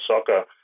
soccer